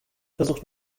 versucht